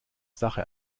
sache